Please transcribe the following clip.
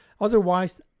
otherwise